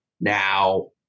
now